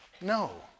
no